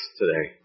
today